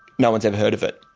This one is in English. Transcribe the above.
no one's ever heard of it